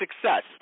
success